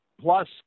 plus